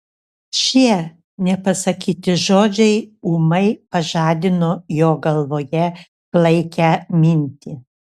šie nepasakyti žodžiai ūmai pažadino jo galvoje klaikią mintį